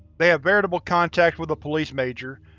they have veritable contacts with a police major,